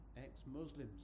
ex-Muslims